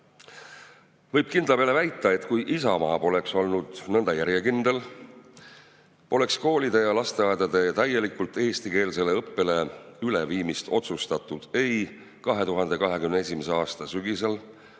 kindla peale väita, et kui Isamaa poleks olnud nõnda järjekindel, poleks koolide ja lasteaedade täielikult eestikeelsele õppele üleviimist otsustatud ei 2021. aasta sügisel